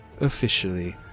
officially